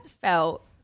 felt